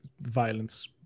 violence